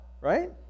right